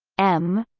m